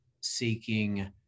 seeking